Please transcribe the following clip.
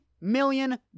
million